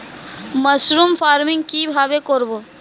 Mushroom farming কি ভাবে করব?